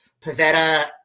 Pavetta